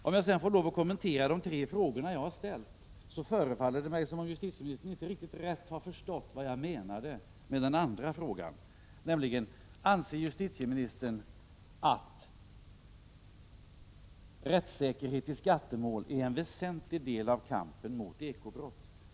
Om jag så får kommentera de tre frågor jag har ställt, förefaller det mig som om justitieministern inte riktigt rätt har förstått vad jag menade med den andra frågan: Anser justitieministern att rättssäkerhet i skattemål är en väsentlig del av kampen mot eko-brott?